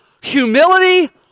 humility